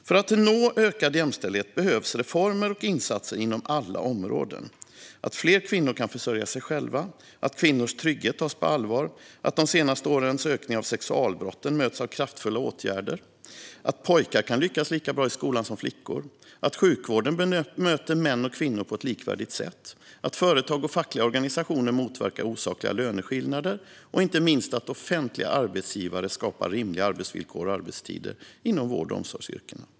För att nå ökad jämställdhet behövs reformer och insatser inom alla områden - att fler kvinnor kan försörja sig själva, att kvinnors trygghet tas på allvar, att de senaste årens ökning av sexualbrotten möts av kraftfulla åtgärder, att pojkar kan lyckas lika bra i skolan som flickor, att sjukvården bemöter män och kvinnor på ett likvärdigt sätt, att företag och fackliga organisationer motverkar osakliga löneskillnader och inte minst att offentliga arbetsgivare skapar rimliga arbetsvillkor och arbetstider inom vård och omsorgsyrken.